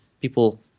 people